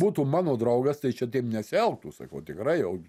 būtų mano draugas tai jis čia taip nesielgtų sakau tikrai jau